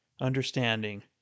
understanding